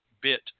bit